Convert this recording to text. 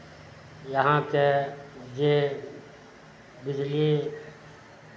अहाँके जे बिजली